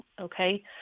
okay